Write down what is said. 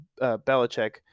Belichick